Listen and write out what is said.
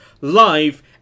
live